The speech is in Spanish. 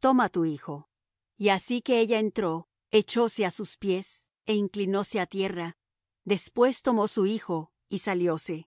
toma tu hijo y así que ella entró echóse á sus pies é inclinóse á tierra después tomó su hijo y salióse y